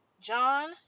John